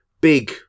big